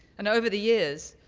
and over the years,